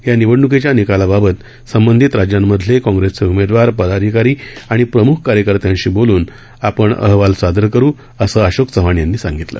या निवडणुकीच्या निकालाबाबत संबंधित राज्यांमधले काँग्रेसचे उमेदवार पदाधिकारी आणि प्रमुख कार्यकर्त्यांशी बोलून आपण अहवाल सादर करू असं अशोक चव्हाण यांनी सांगितलं